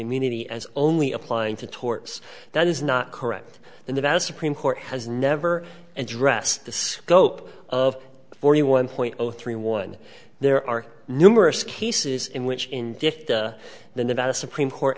immunity as only applying to torts that is not correct and that as a supreme court has never and dressed the scope of forty one point zero three one there are numerous cases in which in the nevada supreme court